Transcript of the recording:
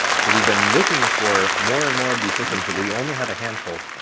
so we've been looking for more and more of these systems that we only have a handful,